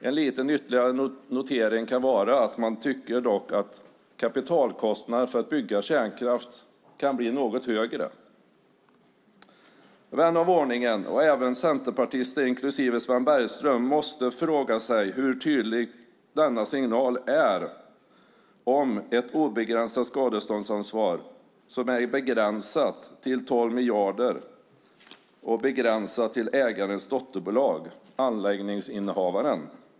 En liten ytterligare notering kan vara att man dock tycker att kapitalkostnaden för att bygga kärnkraft kan bli något högre. Vän av ordning och även centerpartister, inklusive Sven Bergström, måste fråga sig hur tydlig denna signal är om ett obegränsat skadeståndsansvar som är begränsat till 12 miljarder och begränsat till ägarens dotterbolag, anläggningsinnehavaren.